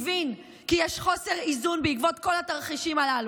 הבין כי יש חוסר איזון בעקבות כל התרחישים הללו,